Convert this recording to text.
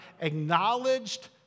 acknowledged